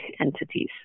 entities